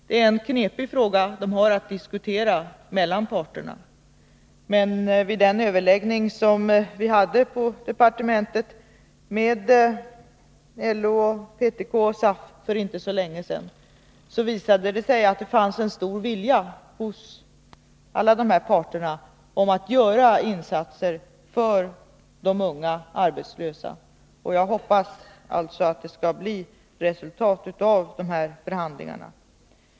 Det är en knepig fråga man har att diskutera mellan parterna, men vid den överläggning som vi för inte så länge sedan hade på departementet med LO, PTK och SAF visade det sig att det fanns en stor vilja hos parterna att göra insatser för de unga arbetslösa. Jag hoppas att det skall bli resultat av dessa förhandlingar.